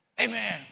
Amen